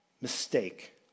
mistake